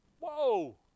Whoa